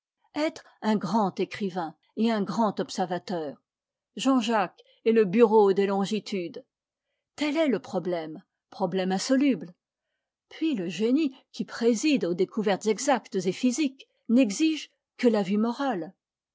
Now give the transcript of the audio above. etre un grand écrivain et un grand observateur jean-jacques et le bureau des longitudes tel est le problème problème insoluble puis le génie qui préside aux découvertes exactes et physiques n'exige que la vue morale